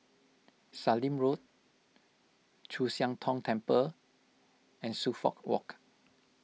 Sallim Road Chu Siang Tong Temple and Suffolk Walk